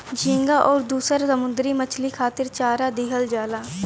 झींगा आउर दुसर समुंदरी मछरी खातिर चारा दिहल जाला